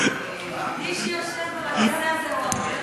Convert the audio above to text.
מי שיושב על הכיסא הזה הוא הריבון.